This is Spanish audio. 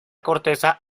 corteza